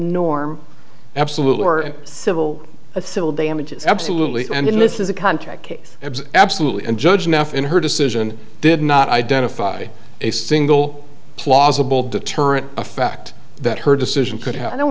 norm absolutely or civil a civil damages absolutely and in this is a contract case absolutely and judge nuffin her decision did not identify a single plausible deterrent effect that her decision could have i don't